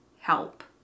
help